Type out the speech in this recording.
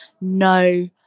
no